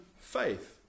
faith